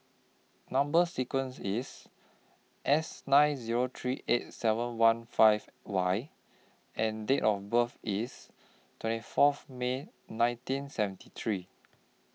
Number sequence IS S nine Zero three eight seven one five Y and Date of birth IS twenty Fourth May nineteen seventy three